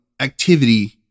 activity